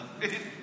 אתה מבין?